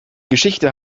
geschichte